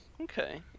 okay